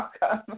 welcome